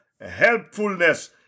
helpfulness